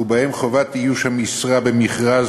ובהן חובת איוש המשרה במכרז.